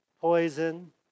poison